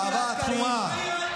אהבה עצומה.